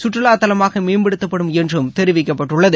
சுற்றுலாத் தலமாக மேம்படுத்தப்படும் என்றும் தெரிவிக்கப்பட்டுள்ளது